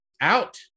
Out